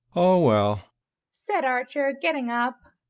oh, well said archer, getting up.